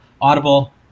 audible